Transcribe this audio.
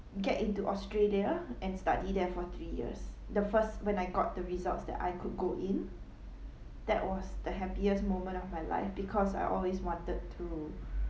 get into australia and study there for three years the first when I got the results that I could go in that was the happiest moment of my life because I always wanted to